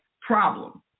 problem